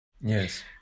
Yes